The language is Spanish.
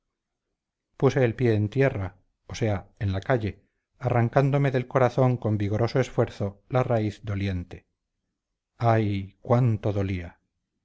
puse el pie en tierra o sea en la calle arrancándome del corazón con vigoroso esfuerzo la raíz doliente ay cuánto dolía